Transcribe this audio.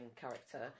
character